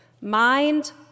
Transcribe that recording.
Mind